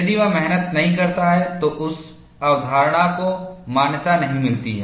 यदि वह मेहनत नहीं करता है तो उस अवधारणा को मान्यता नहीं मिलती है